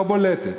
ברורה ובולטת,